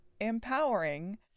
empowering